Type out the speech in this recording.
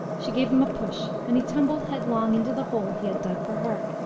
she gave him a push, and he tumbled headlong into the hole he had dug for her.